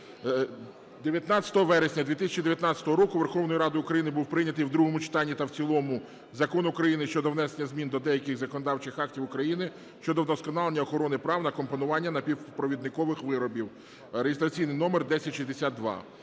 19 вересня 2019 року Верховною Радою України був прийнятий в другому читанні та в цілому Закон України щодо внесення змін до деяких законодавчих актів України щодо вдосконалення охорони прав на компонування напівпровідникових виробів (реєстраційний номер 1062).